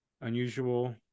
unusual